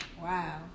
Wow